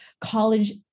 college